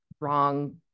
Wrong